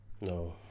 No